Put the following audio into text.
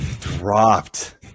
dropped